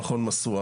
הוא מכון משואה,